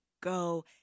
go